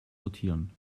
sortieren